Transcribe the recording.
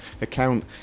account